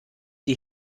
die